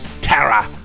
Tara